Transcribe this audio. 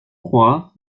croire